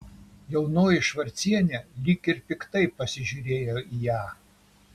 jaunoji švarcienė lyg ir piktai pasižiūrėjo į ją